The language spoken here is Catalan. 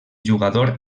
jugador